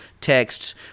texts